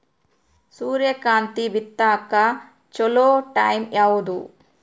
ಸೂರ್ಯಕಾಂತಿ ಬಿತ್ತಕ ಚೋಲೊ ಟೈಂ ಯಾವುದು?